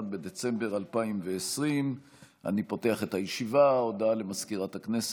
23 בדצמבר 2020 / 11 חוברת י"א ישיבה קט"ז הישיבה המאה-ושש-עשרה של הכנסת